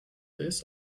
this